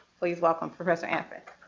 please welcome professor and